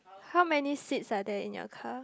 how many seats are there in your car